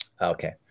Okay